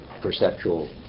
perceptual